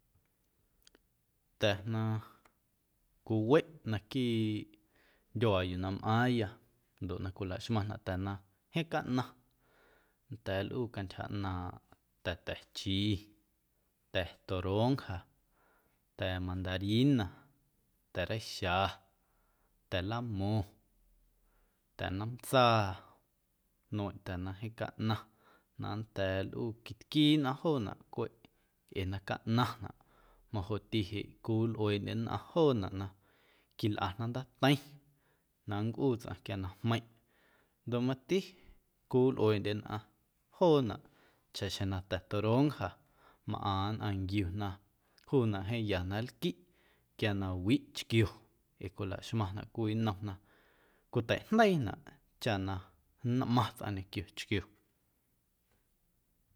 Ta̱ na cwiweꞌ naquiiꞌ ndyuaa yuu na mꞌaaⁿya ndoꞌ na cwilaxmaⁿnaꞌ ta̱ na jeeⁿ caꞌnaⁿ nnda̱a̱ nlꞌuu cantyja ꞌnaaⁿꞌ ta̱ta̱ chi, ta̱ toronja, ta̱ mandarina, ta̱reixa, ta̱lamo̱ⁿ, ta̱nomntsaa, nmeiⁿꞌ ta̱ na jeeⁿ caꞌnaⁿ na nnda̱a̱ nlꞌuu quitquii nnꞌaⁿ joonaꞌ cweꞌ ee na caꞌnaⁿnaꞌ majoꞌti jeꞌ cwiwilꞌueeꞌndye nnꞌaⁿ joonaꞌ na quilꞌana ndaateiⁿ na nncꞌuu tsꞌaⁿ quia na jmeiⁿꞌ ndoꞌ mati cowilꞌueeꞌndye nnꞌaⁿ joonaꞌ chaxjeⁿ na ta̱ toronja mꞌaⁿ nnꞌaⁿ nquiuna juunaꞌ jeeⁿ ya na nlquiꞌ quia na wiꞌ chquio ee cwilaxmaⁿnaꞌ cwii nnom na cwitajndeiinaꞌ chaꞌ na nꞌmaⁿ tsꞌaⁿ ñequio chquio.